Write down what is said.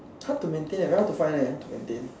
how to maintain leh very hard to find eh hard to maintain